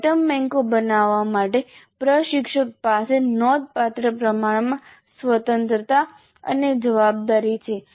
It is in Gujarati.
આઇટમ બેન્કો બનાવવા માટે પ્રશિક્ષક પાસે નોંધપાત્ર પ્રમાણમાં સ્વતંત્રતા અને જવાબદારી છે